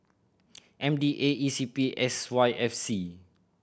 M D A E C P S Y F C